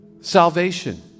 Salvation